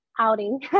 outing